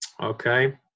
Okay